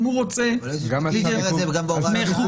הוא רוצה --- אבל היועץ המשפטי דיבר על זה גם בהוראת שעה?